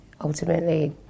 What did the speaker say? ultimately